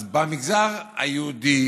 אז במגזר היהודי